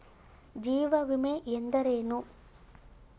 ಜೀವ ವಿಮೆ ಎಂದರೇನು?